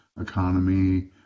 economy